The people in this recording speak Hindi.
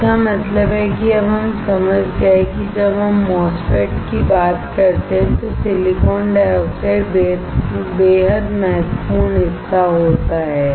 इसका मतलब है कि अब हम समझ गए हैं कि जब हम MOSFET की बात करते हैं तो सिलिकॉन डाइऑक्साइड बेहद महत्वपूर्ण हिस्सा होता है